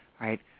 Right